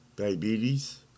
Diabetes